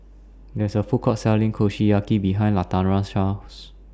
There IS A Food Court Selling Kushiyaki behind Latarsha's House